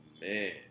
man